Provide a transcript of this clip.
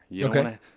Okay